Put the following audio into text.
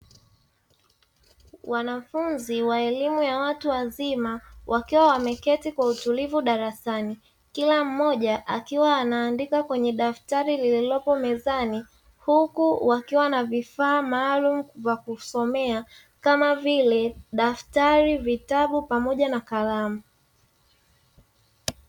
Wanafunzi wa elimu ya watu wazima, wakiwa wameketi kwa utulivu darasani. Kila mmoja akiwa anaandika kwenye daftari lililopo mezani huku wakiwa na vifaa maalimi vya kusomea kama vile daftari, vitabu pamoja na kalamu.